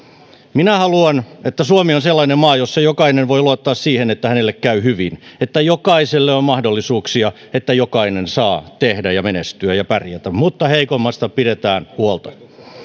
minä haluan että suomi on sellainen maa jossa jokainen voi luottaa siihen että hänelle käy hyvin että jokaiselle on mahdollisuuksia että jokainen saa tehdä ja menestyä ja pärjätä mutta heikommasta pidetään huolta